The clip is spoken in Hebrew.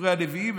בספרי הנביאים.